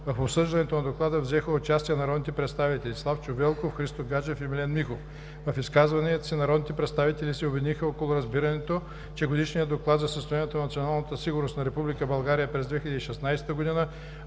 В обсъждането на Доклада взеха участие народните представители Славчо Велков, Христо Гаджев и Милен Михов. В изказванията си народните представители се обединиха около разбирането, че Годишният доклад за състоянието на националната сигурност на Република България през 2016 г.